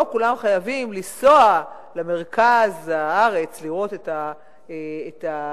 לא כולם חייבים לנסוע למרכז הארץ לראות את ההצגות,